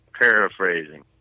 paraphrasing